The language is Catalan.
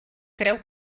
creu